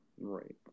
Right